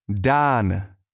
Dan